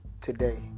today